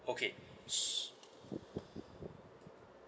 okay s~